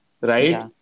right